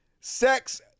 sex